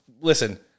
listen